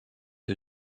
who